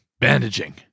bandaging